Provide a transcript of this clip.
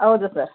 ಹೌದು ಸರ್